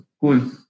Cool